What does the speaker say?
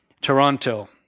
Toronto